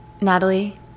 Natalie